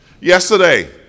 Yesterday